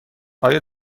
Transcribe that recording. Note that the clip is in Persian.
آیا